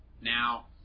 Now